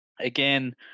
Again